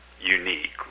unique